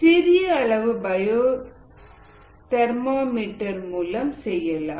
சிறிய அளவு bioreactor thermometer மூலம் செய்யலாம்